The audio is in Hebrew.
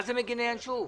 מה זה מגיני ינשוף?